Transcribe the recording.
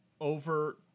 over